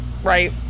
Right